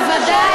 בוודאי